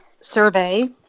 survey